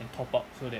and top up so that